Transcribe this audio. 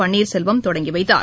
பன்னீர்செல்வம் தொடங்கிவைத்தார்